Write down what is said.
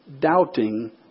doubting